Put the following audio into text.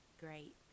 Great